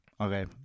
okay